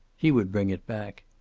he would bring it back.